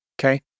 okay